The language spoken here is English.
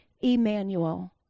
Emmanuel